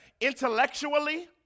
intellectually